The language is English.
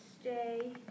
Stay